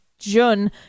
Jun